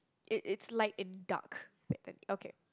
it it's light in dark like that okay